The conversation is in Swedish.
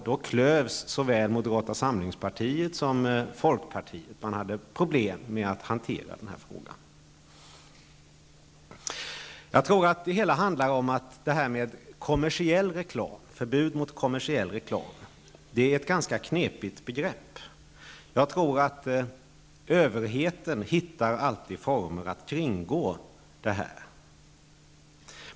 Då klövs såväl moderata samlingspartiet och folkpartiet i frågan och man hade svårt att hantera den. Förbud mot kommersiell reklam, det är ett ganska knepigt begrepp. Överheten hittar alltid former att kringgå ett sådant förbud.